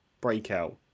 breakout